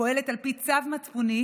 פועלת על פי צו מצפוני,